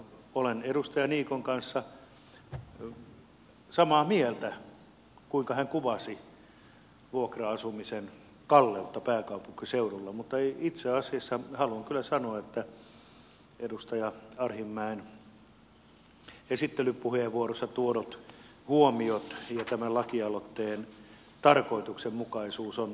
olen edustaja niikon kanssa samaa mieltä siinä kuinka hän kuvasi vuokra asumisen kalleutta pääkaupunkiseudulla mutta itse asiassa haluan kyllä sanoa että edustaja arhinmäen esittelypuheenvuorossa tuodut huomiot ja tämän lakialoitteen tarkoituksenmukaisuus ovat erittäin kannatettavia